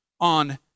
on